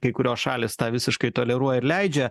kai kurios šalys tą visiškai toleruoja ir leidžia